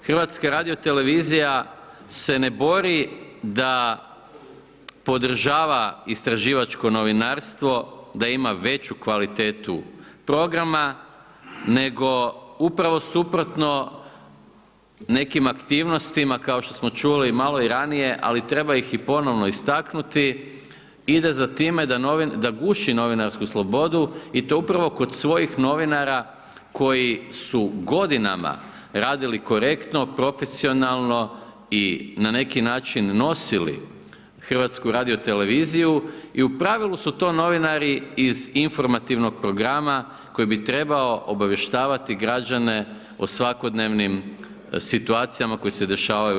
HRT se ne bori da podržava istraživačko novinarstvo, da ima veću kvalitetu programa nego upravo suprotno nekim aktivnostima kao što smo čuli malo i ranije ali treba ih i ponovno istaknuti ide za time da guši novinarsku slobodu i to upravo kod svojih novinara koji su godinama radili korektno, profesionalno i na neki način nosili HRT i u pravilu su to novinari iz informativnog programa koji bi trebao obavještavati građane o svakodnevnim situacijama koje se dešavaju u RH.